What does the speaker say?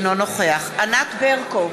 אינו נוכח ענת ברקו,